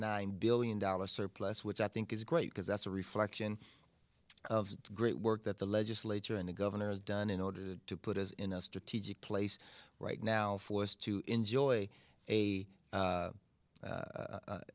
nine billion dollars surplus which i think is great because that's a reflection of the great work that the legislature and the governor has done in order to put us in a strategic place right now for us to enjoy a